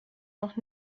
noch